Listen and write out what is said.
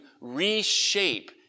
reshape